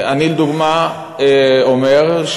אני, לדוגמה, אומר,